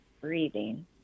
breathing